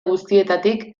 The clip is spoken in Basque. guztietatik